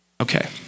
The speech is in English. Okay